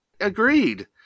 agreed